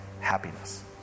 Happiness